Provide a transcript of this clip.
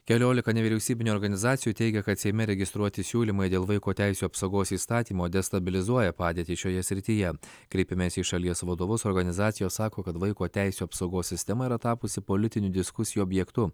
keliolika nevyriausybinių organizacijų teigia kad seime registruoti siūlymai dėl vaiko teisių apsaugos įstatymo destabilizuoja padėtį šioje srityje kreipimesi į šalies vadovus organizacijos sako kad vaiko teisių apsaugos sistema yra tapusi politinių diskusijų objektu